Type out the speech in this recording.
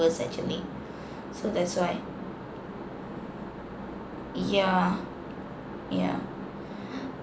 actually so that's why yeah yeah